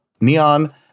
Neon